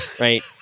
right